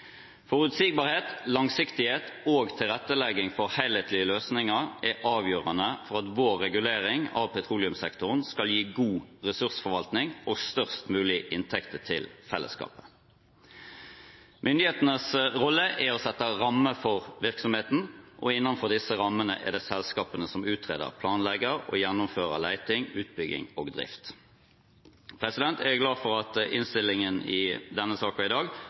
Forutsigbarhet, langsiktighet og tilrettelegging for helhetlige løsninger er avgjørende for at vår regulering av petroleumssektoren skal gi god ressursforvaltning og størst mulig inntekter til fellesskapet. Myndighetenes rolle er å sette rammer for virksomheten, og innenfor disse rammene er det selskapene som utreder, planlegger og gjennomfører leting, utbygging og drift. Jeg er glad for at innstillingen i denne saken i dag